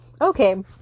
Okay